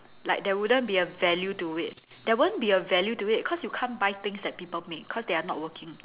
like there wouldn't be a value to it there won't be a value to it cause you can't buy things that people make cause they are not working